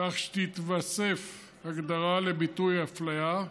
כך שתתווסף הגדרה לביטוי "הפליה"